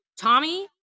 Tommy